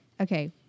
Okay